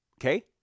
Okay